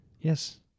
Yes